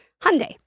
Hyundai